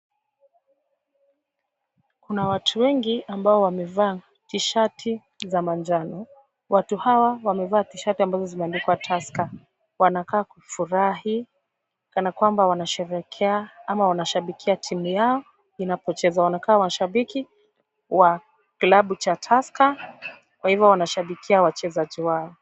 Kuna watu wengi ambao wamevaa T-shati za manjano, watu hawa wamevaa T-shati ambazo zimeandikwa Tusker, wanakaa kufurahi. Kana kwamba wanasherehekea ama wanashabikia timu yao inapocheza, wanakaa mashabiki wa klabu cha Tusker kwa hivyo wanashabikia wachezaji wao.